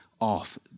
off